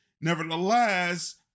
Nevertheless